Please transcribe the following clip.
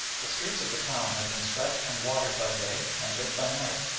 the streets of the town had been swept and watered by day and lit by night,